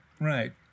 Right